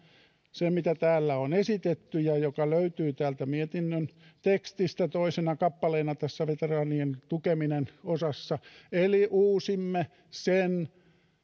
sen mitä täällä on esitetty ja mikä löytyy täältä mietinnön tekstistä toisena kappaleena tässä veteraanien tukeminen osassa eli uusimme sen